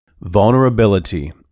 Vulnerability